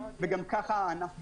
וגם ככה הענף בקריסה.